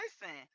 listen